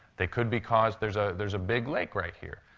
they could be caused there's ah there's a big lake right here.